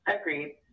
Agreed